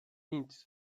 nic